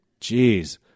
Jeez